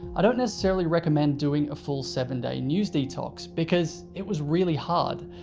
i don't necessarily recommend doing a full seven day news detox because it was really hard,